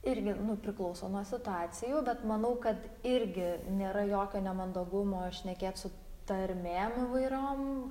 irgi priklauso nuo situacijų bet manau kad irgi nėra jokio nemandagumo šnekėt su tarmėm įvairiom